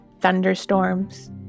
thunderstorms